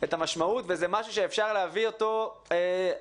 את המשמעות, וזה משהו שאפשר להביא אותו היום.